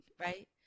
Right